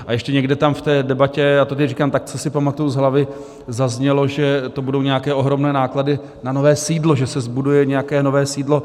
A ještě někde tam v té debatě, já to teď říkám tak, co si pamatuji z hlavy, zaznělo, že to budou nějaké ohromné náklady na nové sídlo, že se zbuduje nějaké nové sídlo.